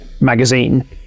magazine